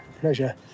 pleasure